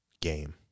game